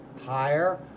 higher